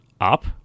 Up